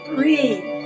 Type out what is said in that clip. Breathe